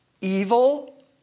evil